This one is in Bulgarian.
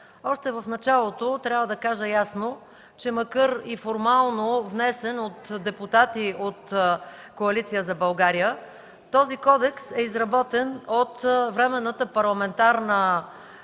Още в началото трябва да кажа ясно, че макар и формално внесен от депутати от Коалиция за България, този кодекс е изработен от Временната парламентарна комисия,